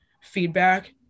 feedback